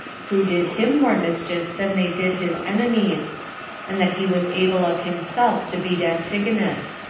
who did him more mischief than they did his enemies and that he was able of himself to beat antigonus.